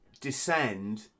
descend